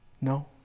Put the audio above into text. No